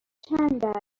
چند